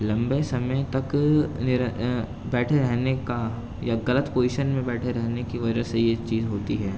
لمبے سمے تک میرا بیٹھے رہنے کا یا غلط پوزیشن میں بیٹھے رہنے کی وجہ سے یہ چیز ہوتی ہے